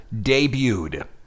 debuted